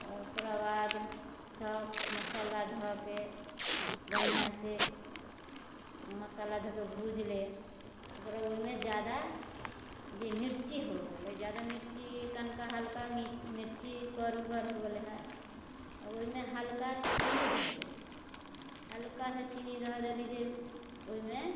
ओकरा बाद सब मसल्ला धऽके बन्हियासँ मसल्ला धऽके भूजले ओकरा बाद ओइमे जादा जे मिर्ची हो गेलै जादा मिर्ची कनिका हल्का मिर्ची करुगर हो गेलैहँ ओइमे हल्का चीनी धऽ देली हल्का सा चीनी धऽ देली जे ओइमे